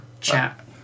chat